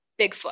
Bigfoot